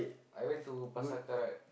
I went to Pasar-Karat